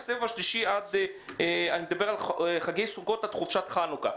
והסבב השלישי הוא בחגי סוכות עד חופשת חנוכה.